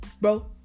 bro